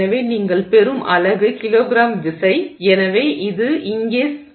எனவே நீங்கள் பெறும் அலகு கிலோகிராம் விசை சதுரமில்லிமீட்டர்